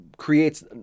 Creates